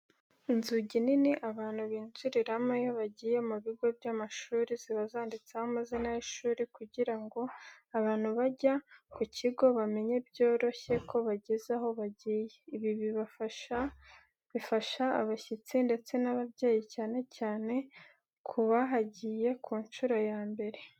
Inzugi nini abantu binjiriramo iyo bagiye mu bigo by'amashuri, ziba zanditseho amazina y’ishuri kugira ngo abantu bajya ku kigo bamenye byoroshye ko bageze aho bagiye, ibi bifasha abashyitsi ndetse n'ababyeyi cyane cyane ku bahagiye ku nshuro ya mbere.